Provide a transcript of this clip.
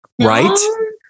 Right